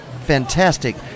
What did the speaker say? fantastic